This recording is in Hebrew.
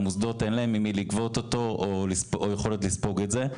למוסדות אין ממי לגבות אותו או יכולת לספוג את זה.